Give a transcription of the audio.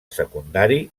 secundari